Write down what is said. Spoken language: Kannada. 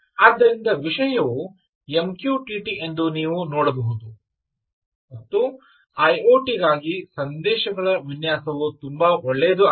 ಆದ್ದರಿಂದ ವಿಷಯವು ಎಂ ಕ್ಯೂ ಟಿ ಟಿ ಎಂದು ನೀವು ನೋಡಬಹುದು ಮತ್ತು ಐ ಓ ಟಿ ಗಾಗಿ ಸಂದೇಶಗಳ ವಿನ್ಯಾಸವು ತುಂಬಾ ಒಳ್ಳೆಯದು ಆಗಿದೆ